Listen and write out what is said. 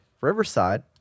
riverside